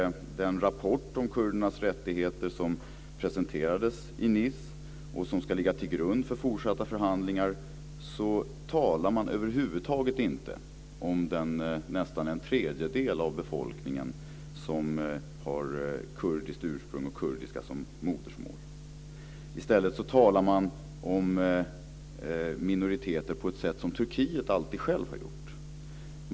I den rapport om kurdernas rättigheter som presenterades i Nice, och som ska ligga till grund för fortsatta förhandlingar, talar man över huvud taget inte om den del, nästan en tredjedel, av befolkningen som har kurdiskt ursprung och har kurdiska som sitt modersmål. I stället talar man om minoriteter på ett sätt som Turkiet alltid självt har gjort.